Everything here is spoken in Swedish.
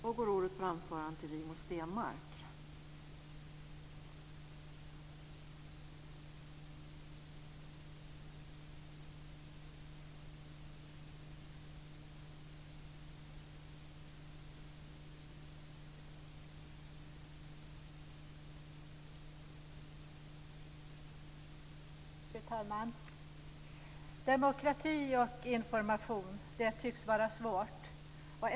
Fru talman! Demokrati och information tycks vara svårt.